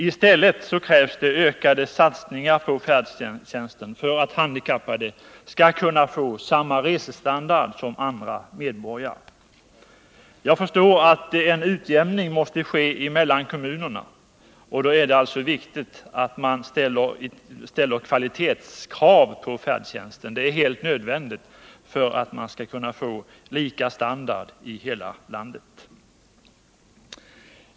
I stället krävs det en ökning av satsningarna på färdtjänsten för att handikappade skall kunna få samma resestandard som andra medborgare. Jag förstår att en utjämning måste ske mellan kommunerna, och då är det alltså viktigt att det ställs kvalitetskrav på färdtjänsten. Det är helt nödvändigt för att man skulla kunna få lika standard i hela landet.